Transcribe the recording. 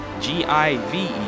G-I-V-E